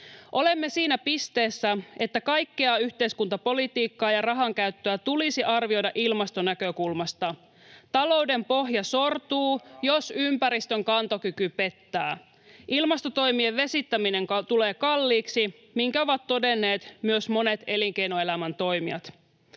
Olemme siinä pisteessä, että kaikkea yhteiskuntapolitiikkaa ja rahankäyttöä tulisi arvioida ilmastonäkökulmasta. Talouden pohja sortuu, jos ympäristön kantokyky pettää. Ilmastotoimien vesittäminen tulee kalliiksi, minkä ovat todenneet myös monet elinkeinoelämän toimijat.